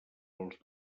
pels